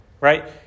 right